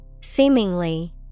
Seemingly